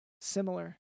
Similar